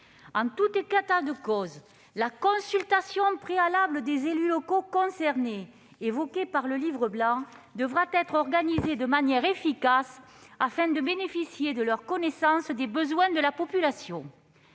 En tout état de cause, la consultation préalable des élus locaux concernés, évoquée par le Livre blanc, devra être organisée de manière efficace, afin de bénéficier de leur connaissance des besoins de la population.